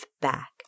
back